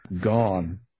gone